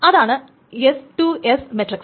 അതാണ് S to S matrix